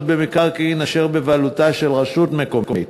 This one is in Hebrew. במקרקעין אשר בבעלותה של רשות מקומית,